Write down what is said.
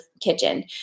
kitchen